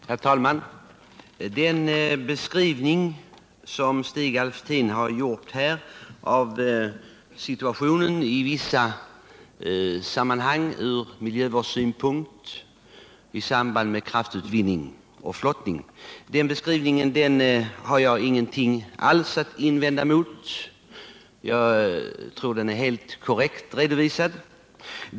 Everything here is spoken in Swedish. Herr talman! Den beskrivning Stig Alftin här har lämnat av den situation som från miljövårdssynpunkt uppstått i samband med kraftutvinning och flottning har jag ingenting alls att invända emot. Jag tror den är helt korrekt.